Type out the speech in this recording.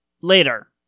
later